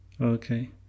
Okay